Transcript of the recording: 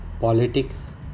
politics